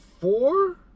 four